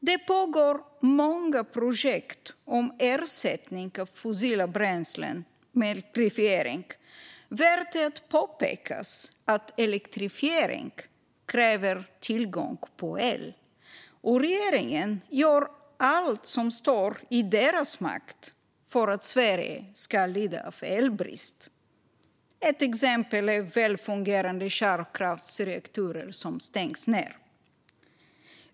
Det pågår många projekt om ersättning av fossila bränslen med elektrifiering. Värt är att påpekas är att elektrifiering kräver tillgång till el, och regeringen gör allt som står i dess makt för att Sverige ska lida av elbrist. Ett exempel är att välfungerande kärnkraftsreaktorer stängs ned.